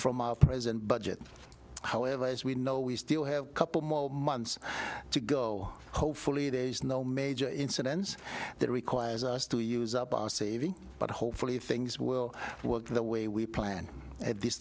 from our present budget however as we know we still have a couple more months to go hopefully there is no major incidents that requires us to use up our savings but hopefully things will work the way we plan at this